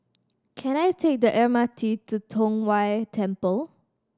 can I take the M R T to Tong Whye Temple